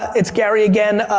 it's gary again.